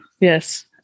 Yes